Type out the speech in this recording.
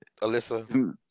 Alyssa